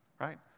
right